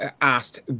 asked